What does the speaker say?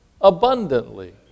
abundantly